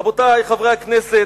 רבותי חברי הכנסת,